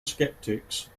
skeptics